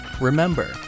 Remember